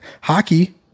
hockey